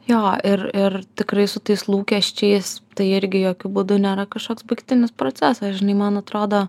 jo ir ir tikrai su tais lūkesčiais tai irgi jokiu būdu nėra kažkoks baigtinis procesas žinai man atrodo